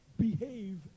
behave